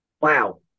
Wow